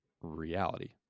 reality